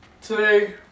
Today